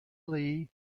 lee